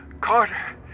Carter